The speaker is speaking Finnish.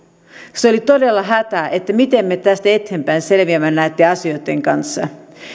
se oli todella hätä että miten me tästä eteenpäin selviämme näitten asioitten kanssa